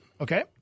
Okay